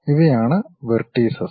ഇവയാണ് വെർട്ടീസസ്